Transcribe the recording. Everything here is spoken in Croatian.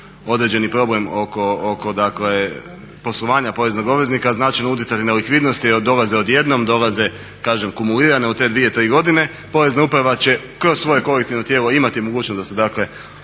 određeni problem oko poslovanja poreznog obveznika a značajno utjecati na likvidnost jer dolaze odjednom, dolaze kažem akumulirane u te dvije tri godine. Porezna uprava će kroz svoje kolektivno tijelo imati mogućnost da se dakle